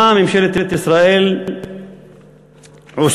מה ממשלת ישראל עושה?